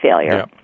failure